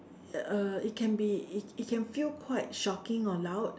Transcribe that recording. uh it can be it can feel quite shocking or loud